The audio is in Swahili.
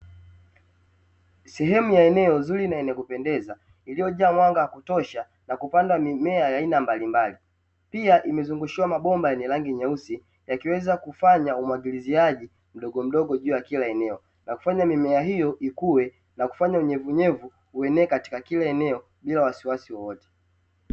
Sehemu ya eneo zuri na yenye kupendeza, ililojaa mwanga wa kutosha na kupanda mimea ya aina mbalimbali. Pia imezungushiwa mabomba yenye rangi nyeusi, yakiweza kufanya umwagiliziaji mdogomdogo juu ya kila eneo, na kufanya mimea hiyo ikue na kufanya unyevunyevu uenee katika kila eneo bila wasiwasi wowote.